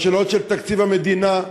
והשאלות של תקציב המדינה.